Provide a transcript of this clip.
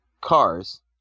Cars